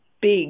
big